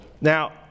Now